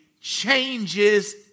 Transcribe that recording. changes